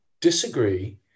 disagree